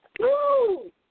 Woo